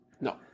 No